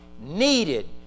needed